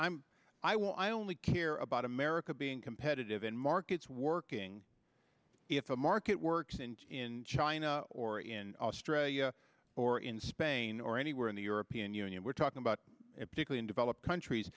well i only care about america being competitive in markets working if a market works and in china or in australia or in bain or anywhere in the european union we're talking about particular in developed countries